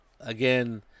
again